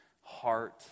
heart